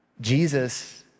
Jesus